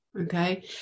okay